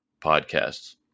podcasts